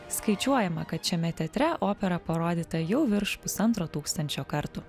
skaičiuojama kad šiame teatre opera parodyta jau virš pusantro tūkstančio kartų